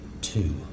Two